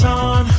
on